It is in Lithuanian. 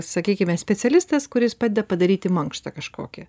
sakykime specialistas kuris padeda padaryti mankštą kažkokią